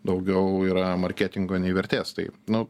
daugiau yra marketingo nei vertės tai nu